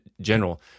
general